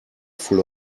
full